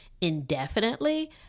indefinitely